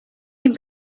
این